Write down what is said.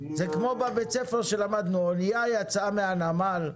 זה כמו שלמדנו בבית הספר; אונייה יצאה מהנמל,